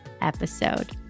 episode